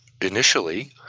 initially